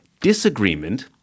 disagreement